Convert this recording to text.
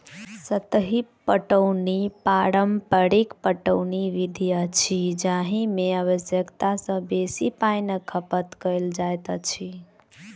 सतही पटौनी पारंपरिक पटौनी विधि अछि जाहि मे आवश्यकता सॅ बेसी पाइनक खपत कयल जाइत अछि